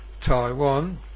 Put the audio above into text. Taiwan